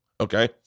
Okay